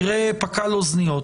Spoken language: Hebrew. יראה פק"ל אוזניות,